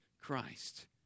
Christ